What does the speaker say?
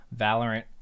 valorant